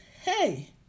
hey